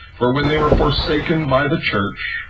for when they were forsaken by the church,